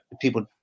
people